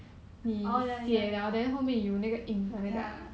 oh ya ya ya ya